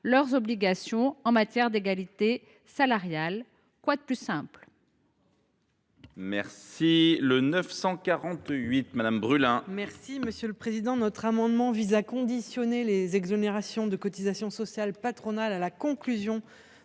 leurs obligations en matière d’égalité salariale. Quoi de plus simple ?